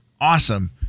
awesome